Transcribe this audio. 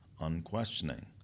unquestioning